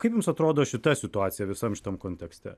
kaip mums atrodo šita situacija visam šitam kontekste